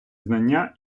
знання